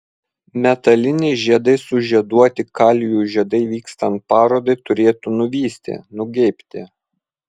metaliniais žiedais sužieduoti kalijų žiedai vykstant parodai turėtų nuvysti nugeibti